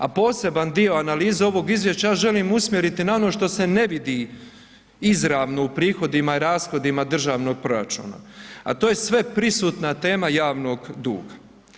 A poseban dio analize ovog izvješća ja želim usmjeriti na ono što se ne vidi izravno u prihodima i rashodima državnog proračuna, a to je sveprisutna tema javnog duga.